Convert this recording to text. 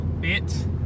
bit